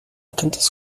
tantas